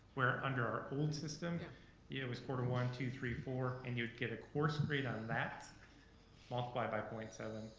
where under our old system yeah it was quarter one, two, three, four, and you'd get a course grade on that multiplied by point seven,